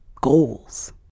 goals